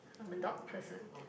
I'm a dog person